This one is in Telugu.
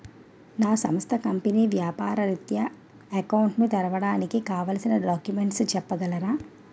నా సంస్థ కంపెనీ వ్యాపార రిత్య అకౌంట్ ను తెరవడానికి కావాల్సిన డాక్యుమెంట్స్ చెప్పగలరా?